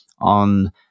on